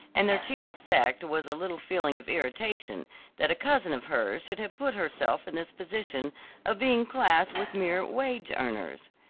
and their chief effect was a little feeling of irritation that a cousin of hers should have put herself in this position of being classed with mere wage-earners.